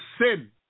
sin